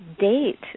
date